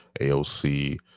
AOC